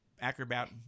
acrobat